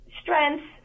strengths